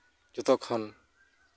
ᱡᱚᱛᱚ ᱠᱷᱚᱱ